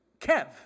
Kev